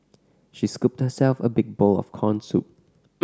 she scooped herself a big bowl of corn soup